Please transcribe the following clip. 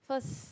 first